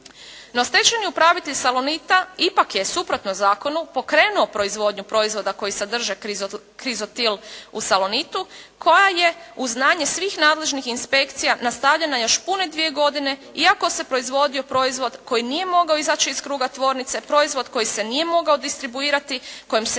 No stečajni upravitelj Salonita ipak je suprotno zakonu pokrenuo proizvodnju proizvoda koji sadrže krizotil u Salonitu koja je uz znanje svih nadležnih inspekcija nastavljena još pune dvije godine iako se proizvodio proizvod koji nije mogao izaći iz kruga tvornice, proizvod koji se nije mogao distribuirati, kojim se